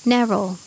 Narrow